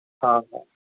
हा हा